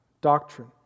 doctrine